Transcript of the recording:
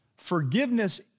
Forgiveness